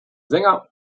sänger